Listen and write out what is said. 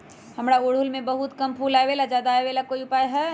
हमारा ओरहुल में बहुत कम फूल आवेला ज्यादा वाले के कोइ उपाय हैं?